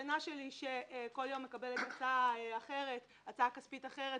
השכנה שלי כל יום מקבלת הצעה כספית אחרת